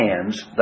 hands